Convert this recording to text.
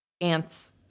Ant's